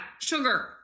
sugar